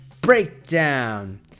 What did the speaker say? Breakdown